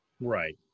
Right